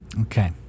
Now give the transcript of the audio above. Okay